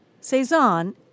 Cezanne